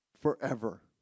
forever